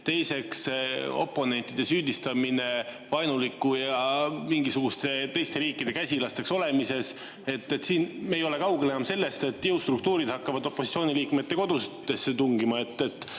teiseks, oponentide süüdistamine vaenulikkuses ja mingisuguste teiste riikide käsilasteks olemises. Siin me ei ole enam kaugel sellest, et jõustruktuurid hakkavad opositsiooniliikmete kodudesse tungima.